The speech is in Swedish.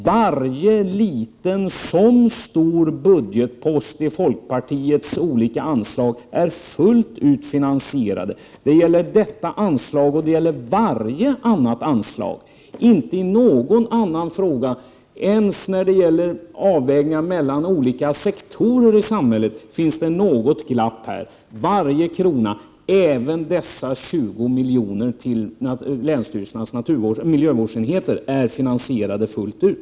Varje liten och stor budgetpost i folkpartiets anslagsförslag är fullt ut finansierad. Detta gäller det här anslaget och varje annat anslag. Inte i någon fråga, ens när det gäller avvägningar mellan olika sektorer i samhället, finns det något glapp. Varje krona, även dessa 20 miljoner till länsstyrelsernas miljövårdsenheter, är finansierad fullt ut.